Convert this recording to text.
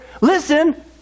listen